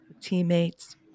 teammates